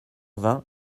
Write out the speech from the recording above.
vingt